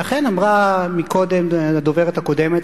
ואכן אמרה קודם הדוברת הקודמת,